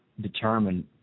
determine